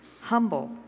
humble